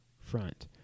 front